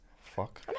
Fuck